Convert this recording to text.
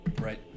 Right